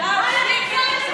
על מה את מדברת?